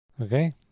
Okay